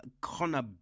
Connor